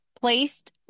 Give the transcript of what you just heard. placed